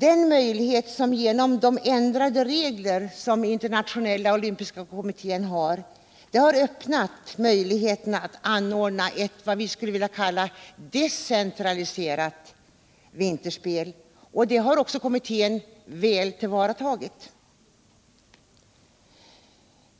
Den möjlighet som genom Internationella olympiska kommitténs ändrade regler har öppnat sig att anordna eu decentraliserat vinterspel har utredningen väl tillvaratagit.